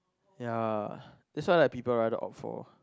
yeah that's why like people rather opt for